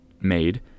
made